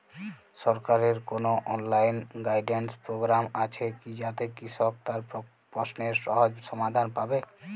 সরকারের কোনো online guidance programme আছে কি যাতে কৃষক তার প্রশ্নের সহজ সমাধান পাবে?